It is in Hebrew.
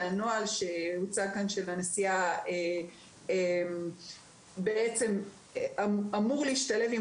הנוהל שהוצג כאן של הנשיאה אמור להשתלב עם